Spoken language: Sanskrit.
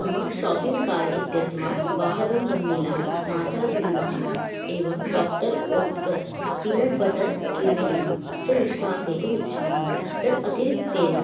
मम शापिङ्ग् कार्ड् इत्यस्मात् वाहदं वन्निला माचा ग्रीन् टी एवं doctor Oetker peanut butter creamy च निष्कासयितुम् इच्छामि तद् अतिरिक्तेन